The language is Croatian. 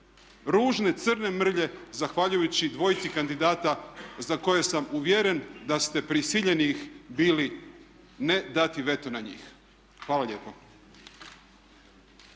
ružne crne mrlje zahvaljujući dvojici kandidata za koje sam uvjeren da ste prisiljeni ih bili ne dati veto na njih. Hvala lijepo.